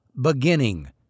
beginning